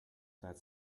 that